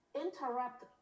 interrupt